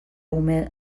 ume